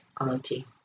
auntie